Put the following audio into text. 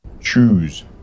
Choose